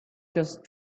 just